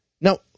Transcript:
now